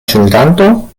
ŝuldanto